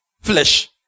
flesh